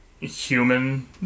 human